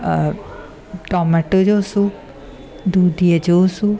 अ tomato जो soup दुधीअ जो सूप